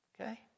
okay